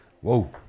Whoa